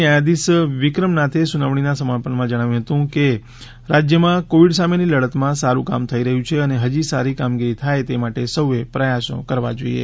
ન્યાયાધીશ વિક્રમનાથે સુનાવણીના સમાપનમાં જણાવ્યું હતું કે રાજ્યમાં કોવિડ સામેની લડાઈમાં સારૂ કામ થઈ રહ્યું છે અને હજી સારી કામગીરી થાય તે માટે સહ્એ પ્રયાસો કરવા જોઈએ